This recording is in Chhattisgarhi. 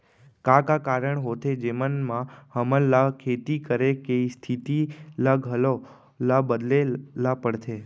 का का कारण होथे जेमन मा हमन ला खेती करे के स्तिथि ला घलो ला बदले ला पड़थे?